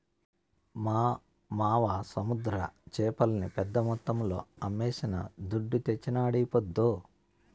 మా మావ సముద్ర చేపల్ని పెద్ద మొత్తంలో అమ్మి శానా దుడ్డు తెచ్చినాడీపొద్దు